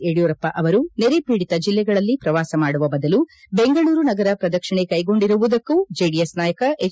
ಯಡಿಯೂರಪ್ಪ ಅವರು ನೆರೆ ಪೀಡಿತ ಜಿಲ್ಲೆಗಳಲ್ಲಿ ಪ್ರವಾಸ ಮಾಡುವ ಬದಲು ಬೆಂಗಳೂರು ನಗರ ಪ್ರದಕ್ಷಿಣೆ ಕೈಗೊಂಡಿರುವುದಕ್ಕೂ ಜೆಡಿಎಸ್ ನಾಯಕ ಹೆಚ್